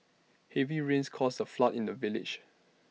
heavy rains caused A flood in the village